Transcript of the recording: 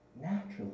naturally